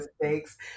mistakes